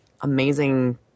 amazing